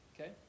Okay